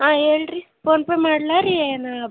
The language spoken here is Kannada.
ಹಾಂ ಹೇಳ್ರಿ ಫೋನ್ ಪೇ ಮಾಡಲಾ ರೀ ಏನು